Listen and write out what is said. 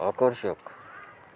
आकर्षक